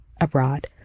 abroad